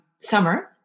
summer